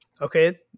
Okay